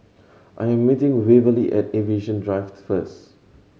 I am meeting Waverly at Aviation Drive first